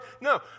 No